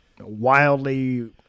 wildly